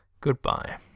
Goodbye